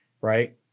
right